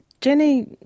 Jenny